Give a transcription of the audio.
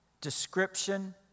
description